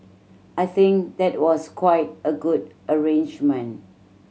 I think that was quite a good arrangement